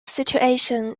situation